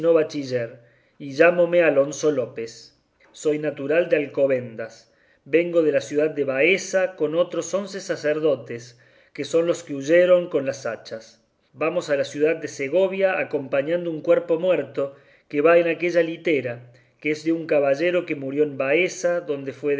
bachiller y llámome alonso lópez soy natural de alcobendas vengo de la ciudad de baeza con otros once sacerdotes que son los que huyeron con las hachas vamos a la ciudad de segovia acompañando un cuerpo muerto que va en aquella litera que es de un caballero que murió en baeza donde fue